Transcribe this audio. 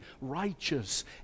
righteous